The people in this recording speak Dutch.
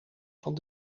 van